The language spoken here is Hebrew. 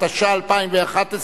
התשע"א 2011,